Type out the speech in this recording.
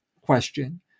question